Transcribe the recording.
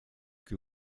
que